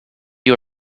you